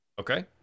Okay